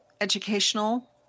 educational